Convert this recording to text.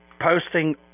posting